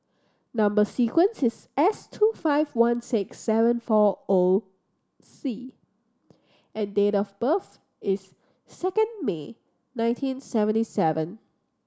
number sequence is S two five one six seven four O C and date of birth is second May nineteen seventy seven